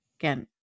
again